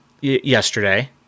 yesterday